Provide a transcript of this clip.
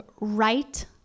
right